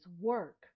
work